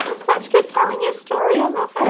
such good telling your story, i love it!